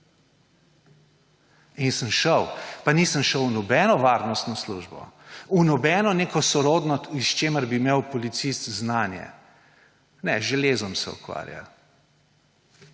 In sem šel. Pa nisem šel v nobeno varnostno službo, v neko sorodno, kjer bi imel kot policist znanje.« Ne, z železom se ukvarja.